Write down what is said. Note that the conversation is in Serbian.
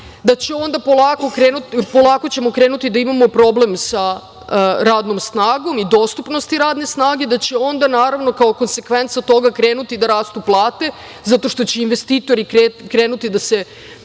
da ćemo onda polako krenuti da imamo problem sa radnom snagom i dostupnosti radne snage, da će onda kao konsekvenca toga krenuti da rastu plate zato što će investitori krenuti da se